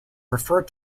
referred